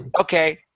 okay